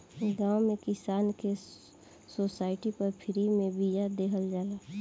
गांव में किसान के सोसाइटी पर फ्री में बिया देहल जाला